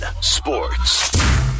sports